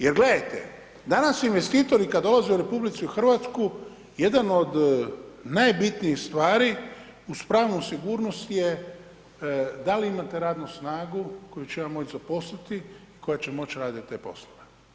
Jer gledajte danas investitori kad dolaze u RH jedan od najbitnijih stvari uz pravnu sigurnost je da li imate radnu snagu koju ćemo zaposliti koja će moći raditi te poslove.